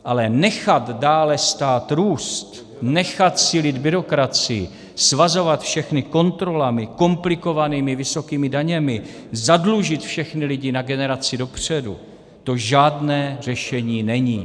Ale nechat dále stát růst, nechat sílit byrokracii, svazovat všechny kontrolami, komplikovanými vysokými daněmi, zadlužit všechny lidi na generaci dopředu, to žádné řešení není.